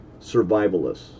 survivalists